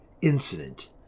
incident